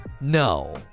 no